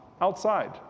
outside